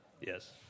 Yes